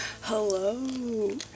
Hello